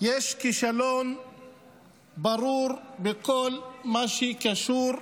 יש כישלון ברור בכל מה שקשור בלחימה,